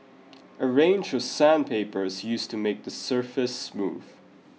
a range of sandpaper is used to make the surface smooth